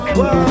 whoa